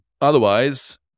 otherwise